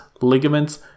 ligaments